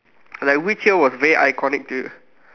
like which year was way iconic to you